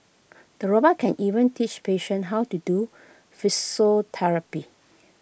the robot can even teach patients how to do physiotherapy